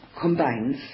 combines